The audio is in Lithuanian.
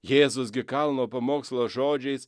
jėzus gi kalno pamokslo žodžiais